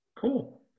Cool